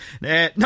No